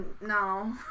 no